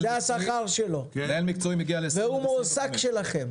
מנהל מקצועי מגיע ל-20,000 עד 25,000. והוא מועסק שלכם.